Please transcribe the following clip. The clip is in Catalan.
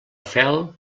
fel